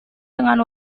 dengan